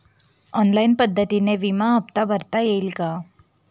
Online पद्धतीने विमा हफ्ता भरता येईल का?